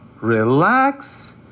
relax